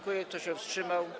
Kto się wstrzymał?